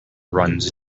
runs